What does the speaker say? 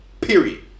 period